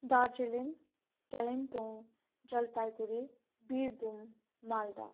Darjeeling Kalimpong Jalpaiguri Birbhum Malda